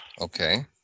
Okay